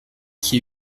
qui